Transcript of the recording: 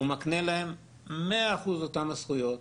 הוא מקנה להם 100% אותן הזכויות.